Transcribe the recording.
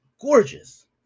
gorgeous